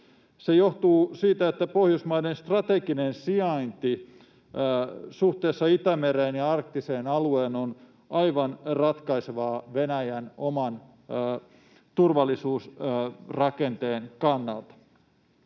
Se johtuu siitä, että Pohjoismaiden strateginen sijainti suhteessa Itämereen ja arktiseen alueeseen on aivan ratkaisevaa Venäjän oman turvallisuusrakenteen kannalta.